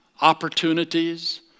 opportunities